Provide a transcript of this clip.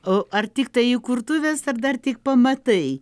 o ar tiktai įkurtuves ar dar tik pamatai